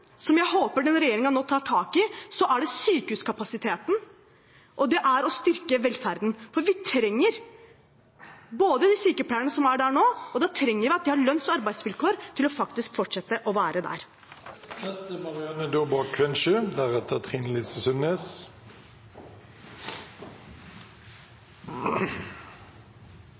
som jeg håper denne regjeringen nå tar tak i, så er det sykehuskapasiteten, og det er å styrke velferden, for vi trenger de sykepleierne som er der nå, og da trenger de lønns- og arbeidsvilkår for faktisk å fortsette å være